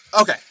okay